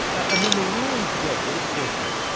and then the ruling today, what did the courts say?